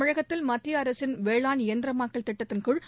தமிழகத்தில் மத்தியஅரசின் வேளாண் எந்திரமயமாக்கல் திட்டத்தின் கீழ்